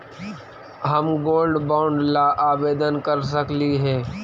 हम gold bond ला आवेदन कर सकली हे?